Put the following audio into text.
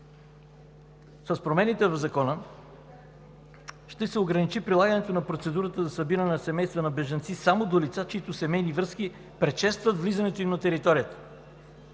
С промените в Закона ще се ограничи прилагането на процедурата за събиране на семейства на бежанци само до лица, чиито семейни връзки предшестват влизането им на територията